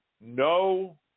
no